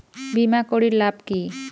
বিমা করির লাভ কি?